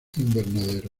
invernadero